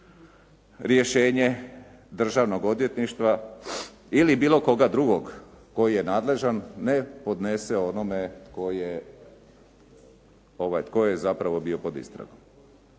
rješenje državnog odvjetništva ili bilo koga drugog koji je nadležan ne podnese onome tko je zapravo bio pod istragom.